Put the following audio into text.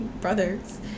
brothers